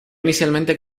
inicialmente